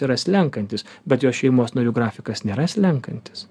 yra slenkantis bet jos šeimos narių grafikas nėra slenkantis